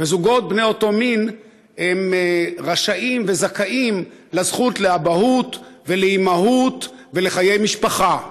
וזוגות בני אותו מין רשאים וזכאים לזכות לאבהות ולאימהות ולחיי משפחה.